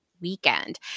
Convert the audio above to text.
weekend